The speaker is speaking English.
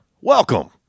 welcome